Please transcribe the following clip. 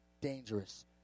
dangerous